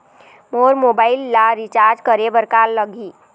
मोर mobile ला recharge करे बर का लगही?